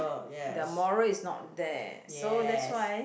the moral is not there so that's why